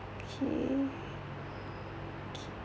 okay